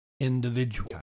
individual